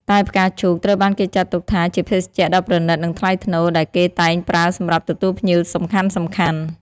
តែផ្កាឈូក ត្រូវបានគេចាត់ទុកថាជាភេសជ្ជៈដ៏ប្រណីត និងថ្លៃថ្នូរ ដែលគេតែងប្រើសម្រាប់ទទួលភ្ញៀវសំខាន់ៗ